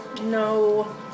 No